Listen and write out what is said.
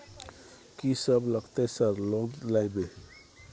कि सब लगतै सर लोन लय में?